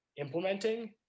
implementing